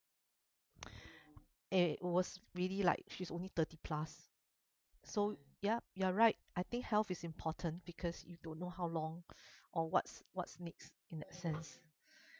it was really like she's only thirty plus so ya you're right I think health is important because you don't know how long or what's what's next in that sense